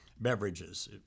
beverages